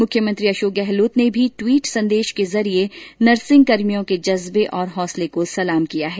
मुख्यमंत्री अशोक गहलोत ने भी ट्वीट संदेश के जरिये नर्सिंगकर्मियों के जज्बे और हौसले को सलाम किया है